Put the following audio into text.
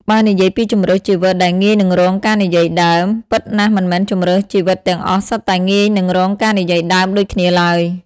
បើនិយាយពីជម្រើសជីវិតដែលងាយនឹងរងការនិយាយដើម ពិតណាស់មិនមែនជម្រើសជីវិតទាំងអស់សុទ្ធតែងាយនឹងរងការនិយាយដើមដូចគ្នាឡើយ។